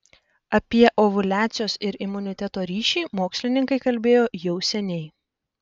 apie ovuliacijos ir imuniteto ryšį mokslininkai kalbėjo jau seniai